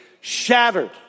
shattered